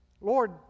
Lord